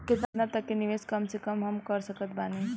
केतना तक के निवेश कम से कम मे हम कर सकत बानी?